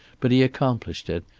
but he accomplished it,